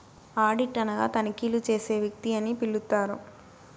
audit అనగా తనిఖీలు చేసే వ్యక్తి అని పిలుత్తారు